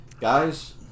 guys